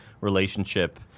relationship